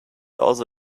also